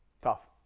Tough